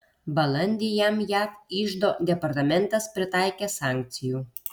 balandį jam jav iždo departamentas pritaikė sankcijų